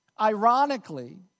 ironically